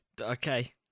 okay